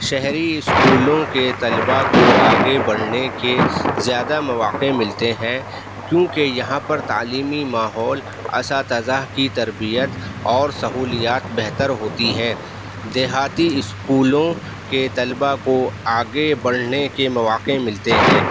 شہری اسکولوں کے طلباء کو آگے بڑھنے کے زیادہ مواقع ملتے ہیں کیونکہ یہاں پر تعلیمی ماحول اساتذہ کی تربیت اور سہولیات بہتر ہوتی ہیں دیہاتی اسکولوں کے طلباء کو آگے بڑھنے کے مواقع ملتے ہیں